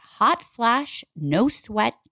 hotflashnosweat